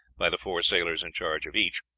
by the four sailors in charge of each,